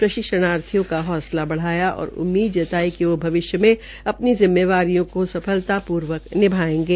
प्रशिक्षणर्थियों का हौसला बधाया और उम्मीद जताई कि वो भविष्य में अपनी जिम्मेदारियों को सफलता पूर्वक निभायेंगे